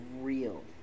real